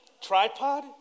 tripod